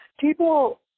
people